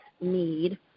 need